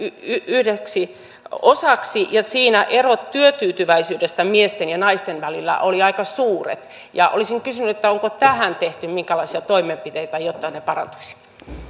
yhdeksi osaksi ja siinä erot työtyytyväisyydessä miesten ja naisten välillä olivat aika suuret olisin kysynyt onko tähän tehty minkäänlaisia toimenpiteitä jotta ne parantuisivat